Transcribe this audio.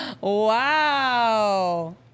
Wow